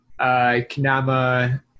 Kanama –